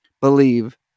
believe